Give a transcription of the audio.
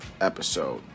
episode